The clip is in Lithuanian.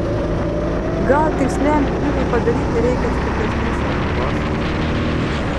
gal tiksliam pjūviui padaryti reikia stipresnės rankos